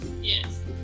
Yes